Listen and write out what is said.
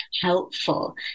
helpful